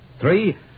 Three